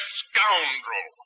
scoundrel